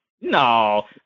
No